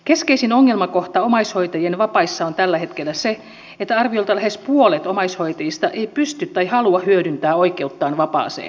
keskeisin ongelmakohta omaishoitajien vapaissa on tällä hetkellä se että arviolta lähes puolet omaishoitajista ei pysty tai halua hyödyntää oikeuttaan vapaaseen